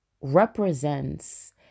represents